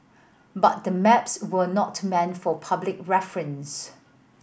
but the maps were not meant for public reference